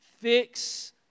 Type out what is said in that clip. Fix